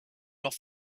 off